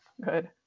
good